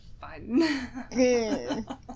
fun